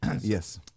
Yes